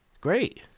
Great